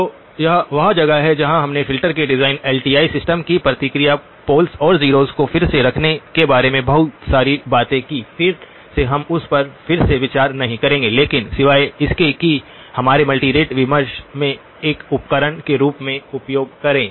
तो यह वह जगह है जहां हमने फिल्टर के डिजाइन एलटीआई सिस्टम की प्रतिक्रिया पोल्स और ज़ीरौस को फिर से रखने के बारे में बहुत सारी बातें कीं फिर से हम उस पर फिर से विचार नहीं करेंगे लेकिन सिवाय इसके कि हमारे मल्टीरेट विमर्श में एक उपकरण के रूप में उपयोग करें